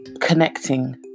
connecting